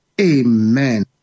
Amen